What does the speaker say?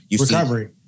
Recovery